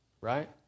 right